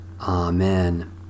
Amen